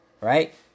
right